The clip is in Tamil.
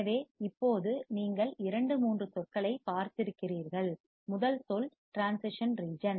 எனவே இப்போது நீங்கள் இரண்டு மூன்று சொற்களைப் பார்த்திருக்கிறீர்கள் முதல் சொல் டிரான்சிஷன் ரிஜன்